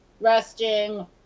resting